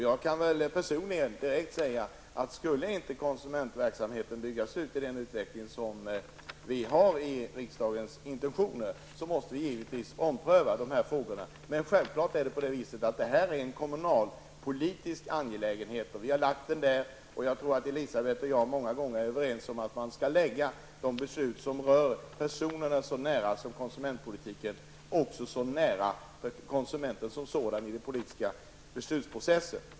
Jag kan personligen direkt säga att skulle inte konsumentverksamheten byggas ut i den utsträckning som vi i riksdagen har intentioner för, måste vi givetvis ompröva dessa frågor. Självfallet är det här en kommunalpolitisk angelägenhet. Elisabeth Persson och jag har många gånger varit överens om att man i den politiska beslutsprocessen skall lägga beslut, som berör människorna så nära som konsumentpolitiken gör, så nära de berörda som möjligt.